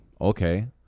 Okay